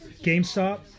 GameStop